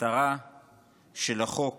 המטרה של החוק